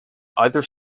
either